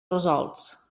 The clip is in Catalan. resolts